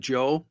Joe